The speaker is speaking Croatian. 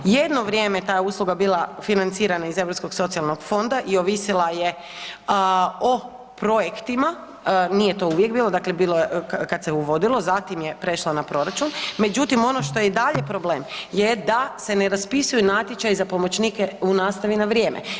Jedno vrijeme ta je usluga bila financirana iz Europskog socijalnog fonda i ovisila je o projektima, nije to uvijek bilo, dakle bilo je kada se uvodilo zatim je prešlo na proračun, međutim ono što je i dalje problem je da se ne raspisuju natječaji za pomoćnike u nastavi na vrijeme.